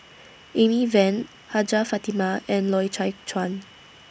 Amy Van Hajjah Fatimah and Loy Chye Chuan